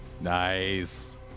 Nice